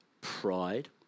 pride